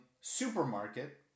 supermarket